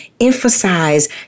emphasize